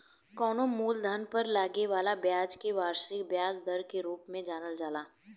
कवनो मूलधन पर लागे वाला ब्याज के वार्षिक ब्याज दर के रूप में जानल जाला